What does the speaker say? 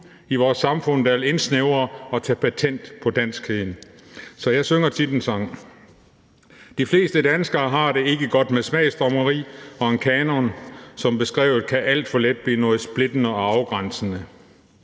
i vores samfund, der vil indsnævre og tage patent på danskheden. Så jeg synger tit en sang. De fleste danskere har det ikke godt med smagsdommeri, og en kanon som beskrevet kan alt for let blive noget splittende og afgrænsende.